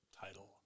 title